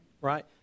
Right